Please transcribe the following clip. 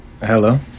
hello